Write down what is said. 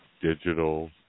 digital